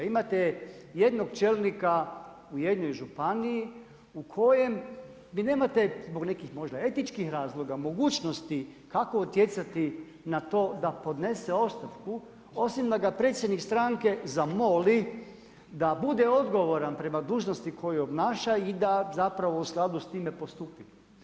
Imate jednog čelnika u jednoj županiji u kojoj vi nemate zbog nekih možda etičkih razloga mogućnosti kako utjecati na to da podnese ostavku, osim da ga predsjednik stranke zamoli da bude odgovoran prema dužnosti koju obnaša i da zapravo u skladu s time postupi.